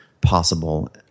possible